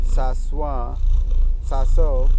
सासवां सांसव